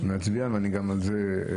אם נצביע ואני אוותר על זה.